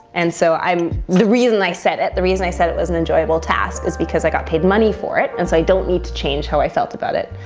and so i'm, the reason i said at the reason i said it was an enjoyable task is because i got paid money for it. and so i don't need to change how i felt about it.